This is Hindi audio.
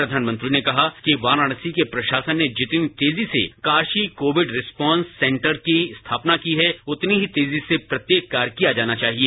प्रघानमंत्री ने कहा कि वाराणसी केप्रशासन ने जितनी तेजी से कासी कोविड रिर्पोन्स सेंटर की स्थापना की उतनी ही तेजीसे प्रत्येक कार्य किया जाना चाहिए